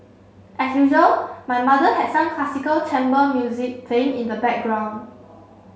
as usual my mother had some classical chamber music playing in the background